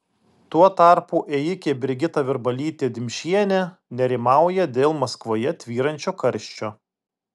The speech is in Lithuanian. tuo tarpu ėjikė brigita virbalytė dimšienė nerimauja dėl maskvoje tvyrančio karščio